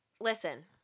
listen